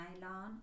nylon